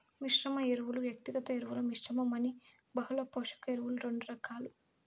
మిశ్రమ ఎరువులు, వ్యక్తిగత ఎరువుల మిశ్రమం అని బహుళ పోషక ఎరువులు రెండు రకాలు